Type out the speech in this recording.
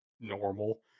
normal